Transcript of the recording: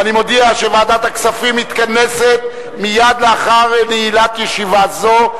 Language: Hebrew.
ואני מודיע שוועדת הכספים מתכנסת מייד לאחר נעילת ישיבה זו,